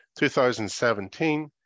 2017